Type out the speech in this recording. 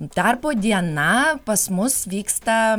darbo diena pas mus vyksta